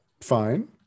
fine